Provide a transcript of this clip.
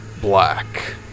black